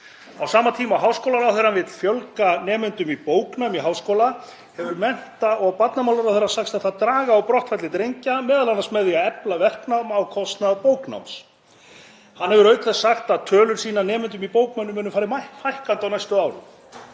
Á sama tíma og háskólaráðherra vill fjölga nemendum í bóknámi í háskóla hefur mennta- og barnamálaráðherra sagst ætla að draga úr brottfalli drengja, m.a. með því að efla verknám á kostnað bóknáms. Hann hefur auk þess sagt að tölur sýni að nemendum í bóknámi muni fara fækkandi á næstu árum.